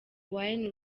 wayne